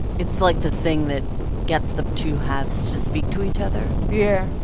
it's like the thing that gets the two halves to speak to each other? yeah, yeah,